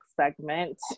segment